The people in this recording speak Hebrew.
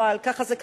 אבל ככה זה קרה,